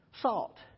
salt